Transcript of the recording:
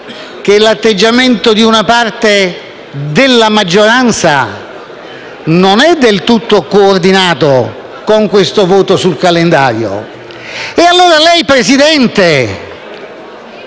che l'atteggiamento di una parte della maggioranza non è del tutto coordinato con il voto sul calendario. Allora, lei, Presidente,